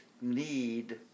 need